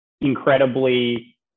incredibly